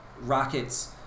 Rockets